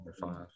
five